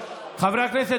חברי הכנסת,